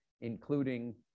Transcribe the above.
including